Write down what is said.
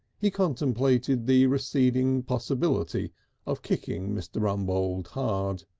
he contemplated the receding possibility of kicking mr. rumbold hard.